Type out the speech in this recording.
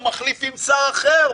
הוא מחליף עם שר אחר,